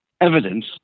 evidence